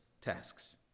tasks